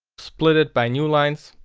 split it by newlines.